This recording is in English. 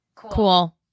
Cool